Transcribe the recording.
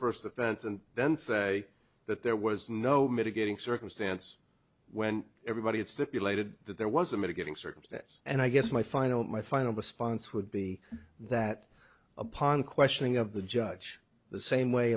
offense and then say that there was no mitigating circumstance when everybody had stipulated that there was a mitigating circumstance and i guess my final my final response would be that upon questioning of the judge the same way